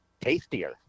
tastier